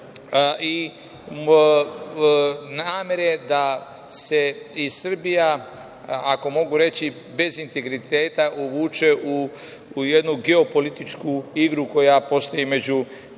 i namere da se i Srbija, ako mogu reći, bez integriteta uvuče u jednu geopolitičku igru koja postoji među velikim